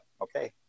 okay